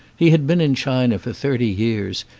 he had been in china for thirty years,